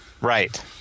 Right